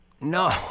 No